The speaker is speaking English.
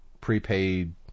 prepaid